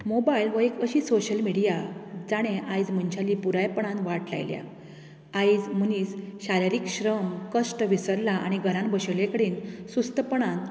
mobile हो एक अशी सोशल मिडीया जाणें आयज मनशाली पुराय पणान वाट लायल्या आयज मनीस शारिरीक श्रम कश्ट विसरला आनी घरांत बशिल्ले कडेन सुस्तपणान